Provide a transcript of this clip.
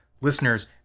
listeners